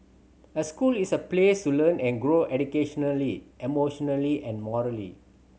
a school is a place to learn and grow educationally emotionally and morally